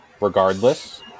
regardless